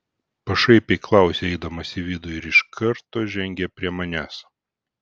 pašaipiai klausia eidamas į vidų ir iš karto žengia prie manęs